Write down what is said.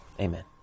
Amen